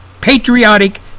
patriotic